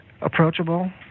approachable